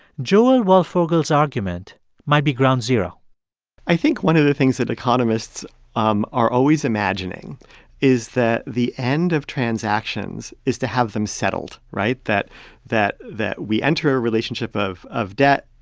joel waldfogel's argument might be ground zero i think one of the things that economists um are always imagining is that the end of transactions is to have them settled right? that that we enter a relationship of of debt,